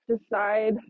decide